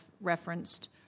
referenced